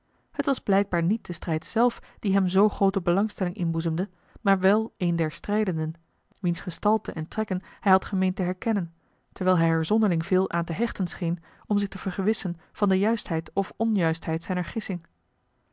het was blijkbaar niet de strijd zelf die hem zoo groote belangstelling inboezemde maar wel een der strijdenden wiens gestalte en trekken hij had gemeend te herkennen terwijl hij er zonderling veel aan te hechten scheen om zich te vergewissen van de juistheid of onjuistheid zijner gissing